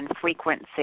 frequency